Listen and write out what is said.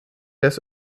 des